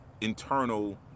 internal